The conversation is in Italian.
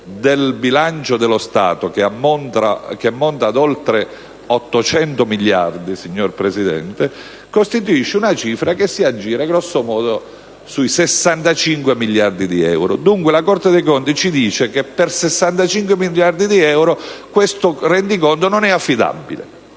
del bilancio dello Stato, che ammonta ad oltre 800 miliardi, signor Presidente, costituisce una cifra che si aggira intorno ai 65 miliardi di euro. Dunque, la Corte dei conti dice che per 65 miliardi di euro il rendiconto non è affidabile,